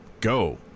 Go